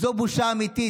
זו בושה אמיתית.